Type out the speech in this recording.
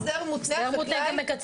ההסדר המותנה זה